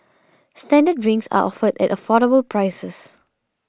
standard drinks are offered at affordable prices